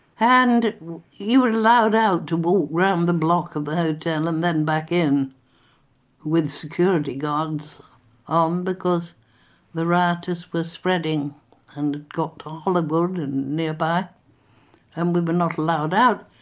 and you were allowed out to walk round the block of the hotel and then back in with security guards on um because the rioters were spreading and got to hollywood and nearby and we were not allowed out.